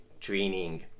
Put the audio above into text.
training